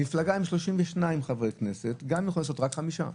מפלגה עם 32 חברי כנסת גם יכולה לעשות רק חמישה.